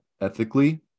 ethically